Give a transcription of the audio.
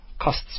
Costs